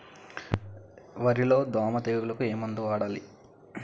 వరిలో దోమ తెగులుకు ఏమందు వాడాలి?